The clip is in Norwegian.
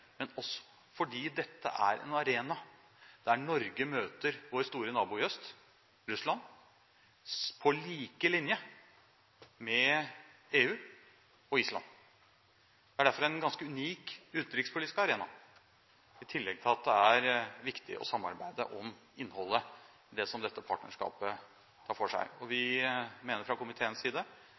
fordi dette er en arena der Norge møter sin store nabo i øst, Russland, på lik linje med EU og Island. Dette er derfor en ganske unik utenrikspolitisk arena, i tillegg til at det er viktig å samarbeide om innholdet i det som dette partnerskapet tar for seg. Vi fra komiteens side